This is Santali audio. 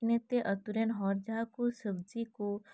ᱤᱱᱟᱹᱛᱮ ᱟᱛᱩᱨᱮᱱ ᱦᱚᱲ ᱡᱟᱦᱟᱸᱠᱩ ᱥᱚᱵᱡᱤᱠᱩ